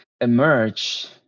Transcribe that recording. emerge